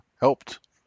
helped